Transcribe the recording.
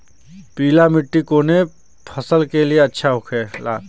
पीला मिट्टी कोने फसल के लिए अच्छा होखे ला?